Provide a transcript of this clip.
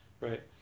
right